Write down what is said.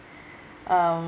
um